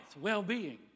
well-being